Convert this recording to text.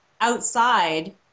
outside